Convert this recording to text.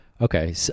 Okay